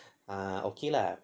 ah okay lah